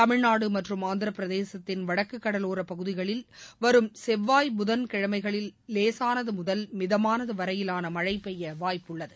தமிழ்நாடு மற்றும் ஆந்திர பிரதேசத்தின் வடக்கு கடலோர பகுதிகளில் வரும் செவ்வாய் புதன் கிழமைகளில் லேசானது முதல் மிதமானது வரையிலான மழை பெய்ய வாய்ப்புள்ளது